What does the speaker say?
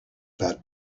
that